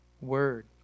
word